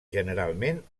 generalment